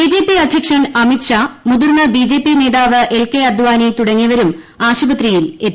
B J P അധ്യക്ഷൻ അമിത് ഷാ മുതിർന്ന B J P നേതാവ് എൽ കെ അദാനി തുടങ്ങിയവരും ആശുപത്രിയിൽ എത്തി